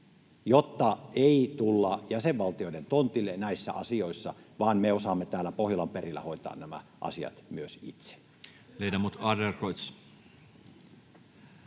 jotta ei tulla jäsenvaltioiden tontille näissä asioissa, vaan me osaamme täällä Pohjolan perillä hoitaa nämä asiat myös itse.